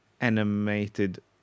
animated